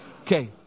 Okay